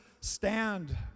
stand